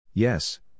Yes